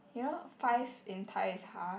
you know five in Thai is ha